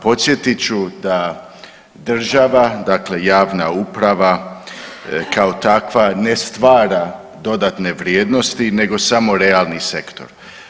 Podsjetit ću da država, dakle javna uprava kao takva ne stvara dodatne vrijednosti nego samo realni sektor.